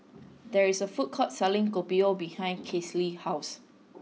there is a food court selling kopio behind Classie's house